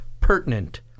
pertinent